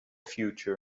future